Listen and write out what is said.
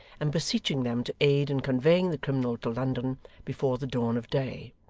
and beseeching them to aid in conveying the criminal to london before the dawn of day.